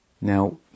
Now